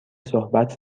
صحبت